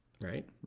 right